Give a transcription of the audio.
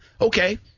Okay